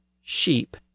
sheep